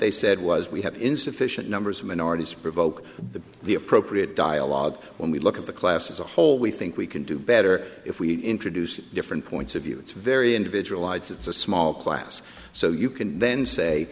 they said was we have insufficient numbers of minorities provoke the the appropriate dialogue when we look at the class as a whole we think we can do better if we introduce different points of view it's very individualized it's a small class so you can then say